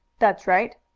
that's straight.